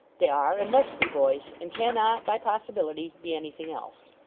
they are and must be boys, and cannot by possibility be anything else